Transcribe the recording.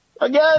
again